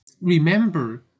remember